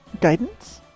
Guidance